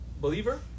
believer